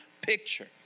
picture